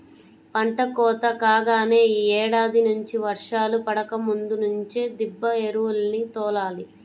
పంట కోత కాగానే యీ ఏడాది నుంచి వర్షాలు పడకముందు నుంచే దిబ్బ ఎరువుల్ని తోలాలి